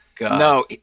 No